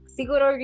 siguro